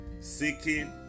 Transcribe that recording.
seeking